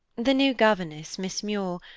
the new governess, miss muir.